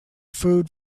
food